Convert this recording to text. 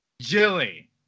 Jilly